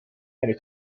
eine